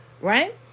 right